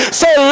say